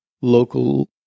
local